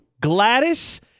Gladys